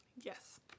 Yes